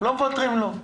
לא מוותרים לו.